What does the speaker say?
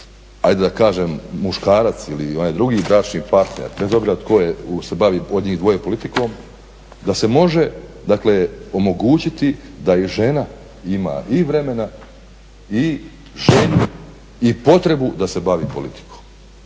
ajde da kažem muškarac ili onaj drugi bračni partner, bez obzira tko se bavi od njih dvoje politikom da se može dakle omogućiti da i žena ima i vremena i želju i potrebu da se bavi politikom.